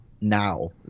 now